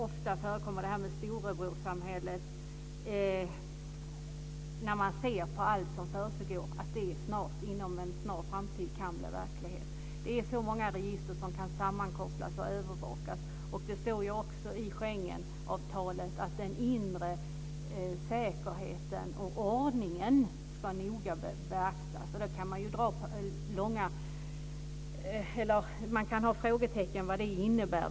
Ofta förekommer talet om storebrorssamhället. När man ser på allt som försiggår inser man att det inom en snar framtid kan bli verklighet. Det är så många register som kan sammankopplas och övervakas. Det står också i Schengenavtalet att den inre säkerheten och ordningen noga bör beaktas. Man kan sätta frågetecken för vad det innebär.